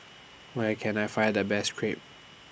Where Can I Find The Best Crepe